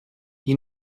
you